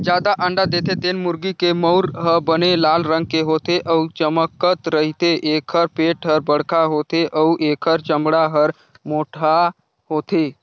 जादा अंडा देथे तेन मुरगी के मउर ह बने लाल रंग के होथे अउ चमकत रहिथे, एखर पेट हर बड़खा होथे अउ एखर चमड़ा हर मोटहा होथे